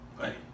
Hey